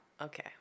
Okay